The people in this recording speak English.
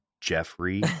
Jeffrey